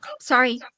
sorry